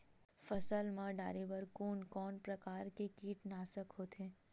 फसल मा डारेबर कोन कौन प्रकार के कीटनाशक होथे?